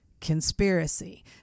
conspiracy